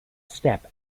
step